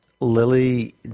Lily